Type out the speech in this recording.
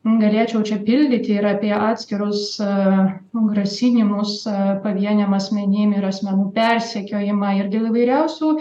galėčiau čia pildyti ir apie atskirus grasinimus pavieniam asmenim ir asmenų persekiojimą ir dėl įvairiausių